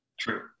True